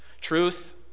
Truth